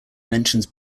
mentions